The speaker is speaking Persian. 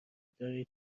دارای